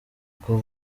ubwo